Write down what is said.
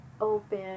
open